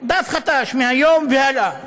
דף חדש, מהיום והלאה.